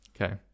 okay